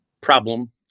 problem